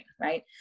right